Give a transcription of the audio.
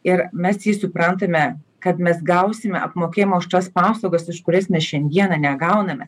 ir mes jį suprantame kad mes gausime apmokėjimą už tas paslaugas iš kuris mes šiandieną negauname